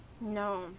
No